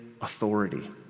authority